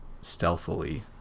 stealthily